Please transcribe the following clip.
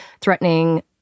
threatening